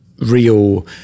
real